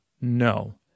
No